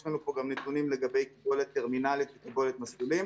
יש לנו פה גם נתונים לגבי קיבולת טרמינלית וקיבולת מסלולים,